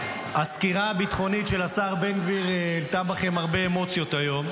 שהסקירה הביטחונית של השר בן גביר העלתה בכם הרבה אמוציות היום,